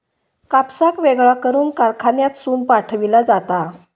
कापसाक वेगळा करून कारखान्यातसून पाठविला जाता